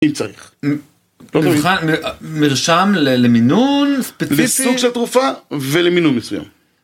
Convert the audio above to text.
מי צריך? מבחן, אה... מרשם למינון ספציפי, לסוג של תרופה ולמינון מסוים.